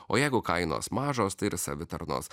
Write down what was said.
o jeigu kainos mažos tai ir savitarnos